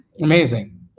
Amazing